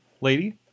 lady